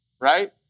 right